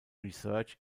research